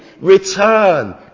return